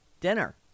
Dinner